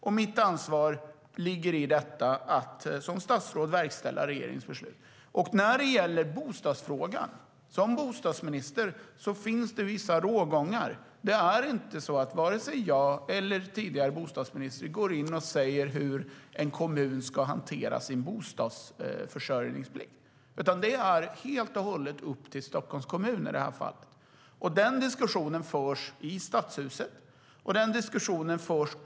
Och mitt ansvar som statsråd ligger i att verkställa regeringens beslut. När det gäller bostadsfrågan finns det för bostadsministern vissa rågångar. Varken jag eller tidigare bostadsministrar går in och säger hur en kommun ska hantera sin bostadsförsörjningsplikt. Det är helt och hållet upp till Stockholms kommun, i det här fallet. Den diskussionen förs i Stadshuset.